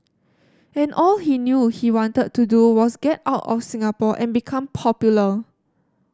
and all he knew he wanted to do was get out of Singapore and become popular